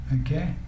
Okay